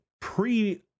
pre